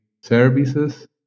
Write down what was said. services